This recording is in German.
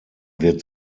wird